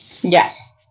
Yes